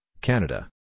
Canada